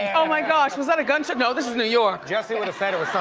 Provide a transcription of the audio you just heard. and oh, my gosh, was that a gun shot, no, this is new york. jussie oh, and